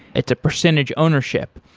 it's a percentage ownership.